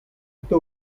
está